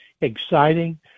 exciting